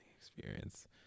experience